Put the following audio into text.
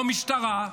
או משטרה,